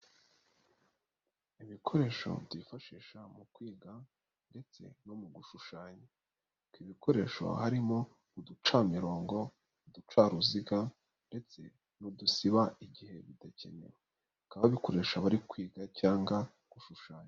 Ibikoresho byifashisha mu kwiga ndetse no mu gushushanya, ibyo bikoresho harimo uducamirongo, uducaruziga ndetse n'udusiba igihe bidakenewe, bikaba bikoresha bari kwiga cyangwa gushushanya.